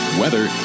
weather